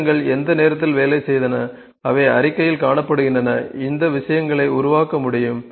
எந்திரங்கள் எந்த நேரத்தில் வேலை செய்தன அவை அறிக்கையில் காணப்படுகின்றன இந்த விஷயங்களை உருவாக்க முடியும்